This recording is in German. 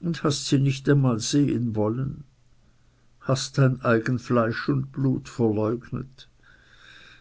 und hast sie nicht einmal sehen wollen hast dein eigen fleisch und blut verleugnet